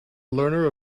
learner